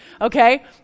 okay